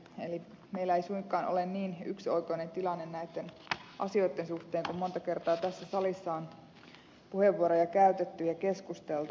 eli meillä ei suinkaan ole niin yksioikoinen tilanne näitten asioitten suhteen kuin monta kertaa tässä salissa on puheenvuoroja käytetty ja keskusteltu